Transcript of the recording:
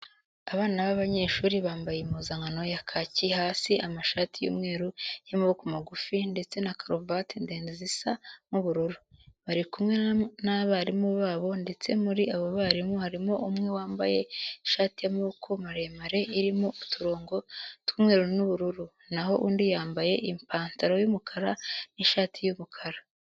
Abana b'abanyeshuri bambaye impuzankano ya kaki hasi, amashati y'umweru y'amaboko magufi ndetse na karuvati ndende zisa nk'ubururu. Bari kumwe n'abarimu babo ndetse muri abo barimu harimo umwe wambaye ishati y'amaboko maremare irimo uturongo tw'umweru n'ubururu, na ho undi yambaye ipantaro y'umukara n'ishati y'umukara.